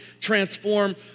transform